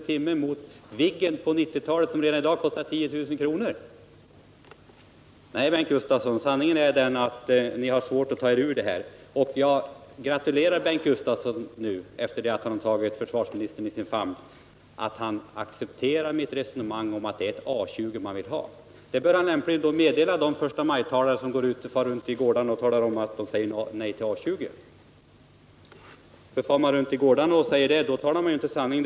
i timmen jämfört med Viggen på 1990-talet som redan i dag kostar 10 000 kr. i timmen? Nej, Bengt Gustavsson, sanningen är den att ni har svårt att ta er ur det här. Jag gratulerar Bengt Gustavsson, som nu har tagit försvarsministern i sin famn, till att han nu accepterar mitt resonemang om att det är A 20 man vill ha. Men det bör Bengt Gustavsson lämpligen meddela de förstamajtalare som far runt i gårdarna och talar om att man säger nej till A 20. Om man far runt i gårdarna och säger det, då talar man inte sanning.